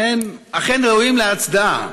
והם אכן ראויים להצדעה,